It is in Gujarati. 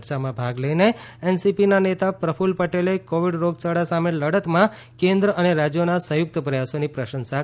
ચર્ચામાં ભાગ લઈને એનસીપીના નેતા પ્રક્લ પટેલે કોવિડ રોગયાળા સામે લડતમાં કેન્દ્ર અને રાજ્યોના સંયુક્ત પ્રયાસોની પ્રશંસા કરી હતી